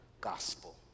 gospel